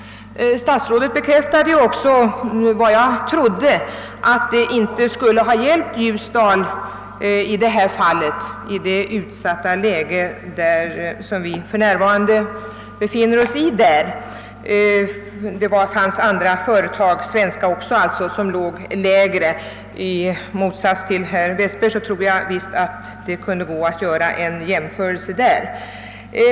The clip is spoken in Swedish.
Statsrådet bekräftade vidare vad jag också trodde, nämligen att företaget i Ljusdal, trots det utsatta läge som vi där uppe för närvarande befinner oss i, inte var aktuellt. Det fanns andra svenska företag som hade ingivit lägre anbud. I motsats till herr Westberg anser jag att man kan göra en jämförelse mellan anbuden i detta avseende.